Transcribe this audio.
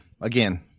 again